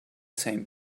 same